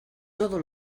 todo